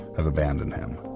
have abandoned him.